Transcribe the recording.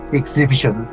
exhibition